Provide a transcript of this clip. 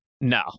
No